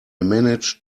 managed